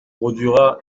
produira